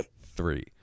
three